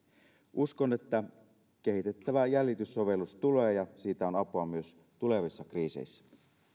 uskon että kehitettävä jäljityssovellus tulee ja siitä on apua myös tulevissa kriiseissä